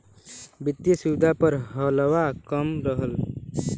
वित्तिय सुविधा प हिलवा कम रहल